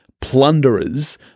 plunderers